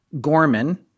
Gorman